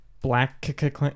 Black